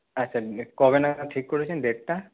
আচ্ছা কবে নাগাদ ঠিক করেছেন ডেটটা